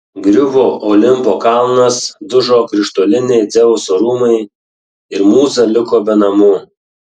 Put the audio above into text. griuvo olimpo kalnas dužo krištoliniai dzeuso rūmai ir mūza liko be namų